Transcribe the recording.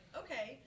okay